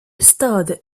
stade